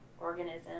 organism